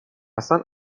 اصن